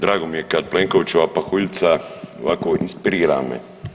Drago mi je kad Plenkovićeva pahuljica onako inspirira me.